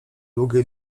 długie